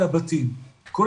--- אז אני עניתי בצורה ברורה,